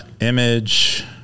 Image